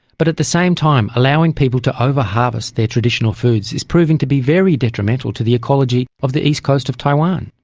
but at the same time allowing people to over-harvest their traditional foods is proving to be very detrimental to the ecology of the east coast of taiwan.